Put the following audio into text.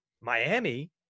Miami